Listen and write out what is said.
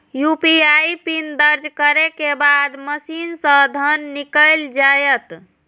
UPI pin दर्ज करै के बाद मशीन सं धन निकैल जायत